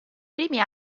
primi